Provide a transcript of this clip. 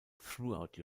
throughout